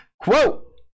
Quote